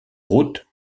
route